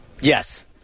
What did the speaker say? Yes